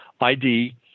ID